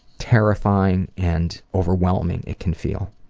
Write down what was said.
terrifying and overwhelming it can feel.